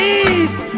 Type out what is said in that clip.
east